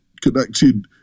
connected